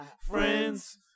Friends